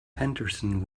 henderson